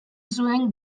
zuen